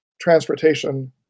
transportation